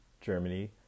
Germany